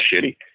shitty